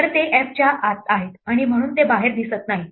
तर ते f च्या आत आहेत आणि म्हणून ते बाहेर दिसत नाहीत